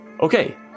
okay